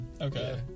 Okay